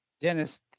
Dennis